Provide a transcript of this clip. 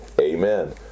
amen